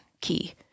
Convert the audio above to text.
key